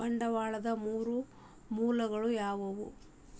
ಬಂಡವಾಳದ್ ಮೂರ್ ಮೂಲಗಳು ಯಾವವ್ಯಾವು?